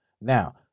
Now